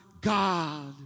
God